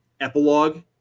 epilogue